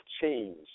change